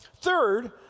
Third